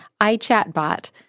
iChatBot